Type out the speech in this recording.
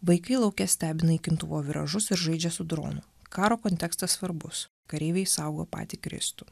vaikai lauke stebi naikintuvo viražus ir žaidžia su dronu karo kontekstas svarbus kareiviai saugo patį kristų